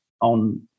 on